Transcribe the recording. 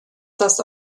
das